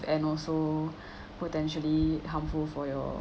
and also potentially harmful for your